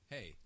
Hey